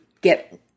get